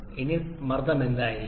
ഇനി സമ്മർദ്ദം എന്തായിരിക്കും